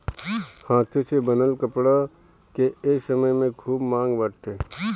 हाथे से बनल कपड़ा के ए समय में खूब मांग बाटे